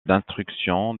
d’instruction